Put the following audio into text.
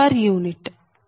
u